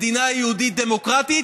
מדינה יהודית-דמוקרטית,